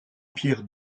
pierre